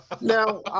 Now